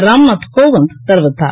ராம்நாத் கோவிந்த் தெரிவித்தார்